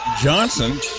Johnson